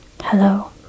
Hello